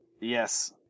Yes